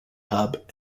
hub